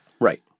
right